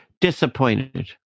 disappointed